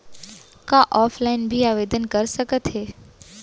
का ऑफलाइन भी आवदेन कर सकत हे?